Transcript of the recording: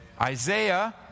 Isaiah